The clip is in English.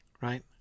right